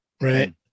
right